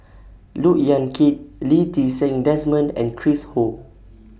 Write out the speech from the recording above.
Look Yan Kit Lee Ti Seng Desmond and Chris Ho